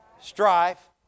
strife